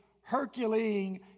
Herculean